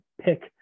pick